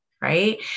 right